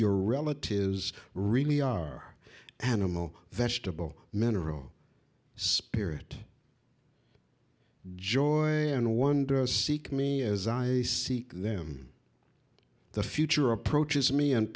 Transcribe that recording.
your relatives really are animal vegetable mineral spirit joy and wonder or seek me as i seek them the future approaches me and